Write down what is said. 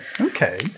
Okay